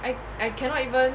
I I cannot even